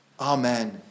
Amen